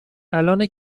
الانه